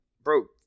bro